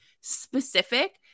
specific